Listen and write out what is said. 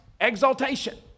exaltation